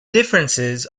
differences